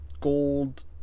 gold